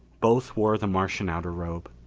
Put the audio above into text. both wore the martian outer robe.